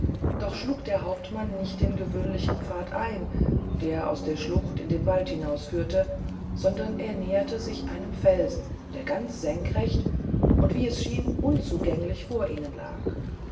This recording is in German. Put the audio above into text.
doch schlug der hauptmann nicht den gewöhnlichen pfad ein der aus der schlucht in den wald hinaufführte sondern er näherte sich einem felsen der ganz senkrecht und wie es schien unzugänglich vor ihnen lag